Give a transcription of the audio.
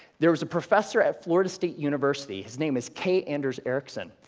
there's a professor at florida state university, his name is k. anders ericsson.